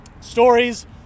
stories